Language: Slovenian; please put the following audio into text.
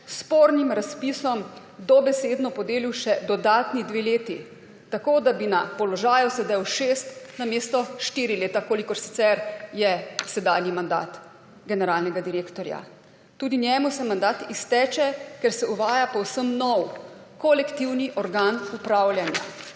spornim razpisom dobesedno podelil še dodatni dve leti, tako da bi na položaju sedel šest namesto štiri leta, kolikor sicer je sedanji mandat generalnega direktorja. Tudi njemu se mandat izteče, ker se uvaja povsem nov kolektivni organ upravljanja.